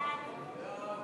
חוק הביטוח